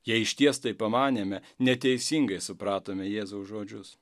jei išties taip pamanėme neteisingai supratome jėzaus žodžius